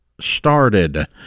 started